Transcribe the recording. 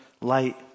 light